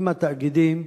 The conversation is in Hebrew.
עם התאגידים,